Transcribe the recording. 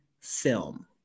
film